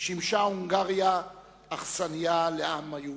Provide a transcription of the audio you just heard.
שימשה הונגריה אכסניה לעם היהודי.